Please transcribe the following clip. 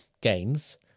gains